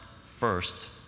first